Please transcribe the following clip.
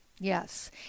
Yes